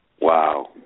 Wow